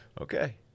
Okay